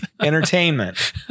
Entertainment